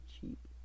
cheap